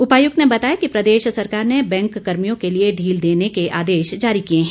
उपायुक्त ने बताया कि प्रदेश सरकार ने बैंक कर्मियों के लिए ढील देने के आदेश जारी किए हैं